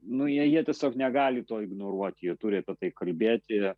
nu jie jie tiesiog negali to ignoruoti ji turi apie tai kalbėti yra